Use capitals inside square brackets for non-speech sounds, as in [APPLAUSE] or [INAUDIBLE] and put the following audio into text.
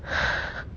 [LAUGHS]